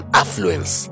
affluence